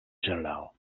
general